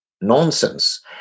nonsense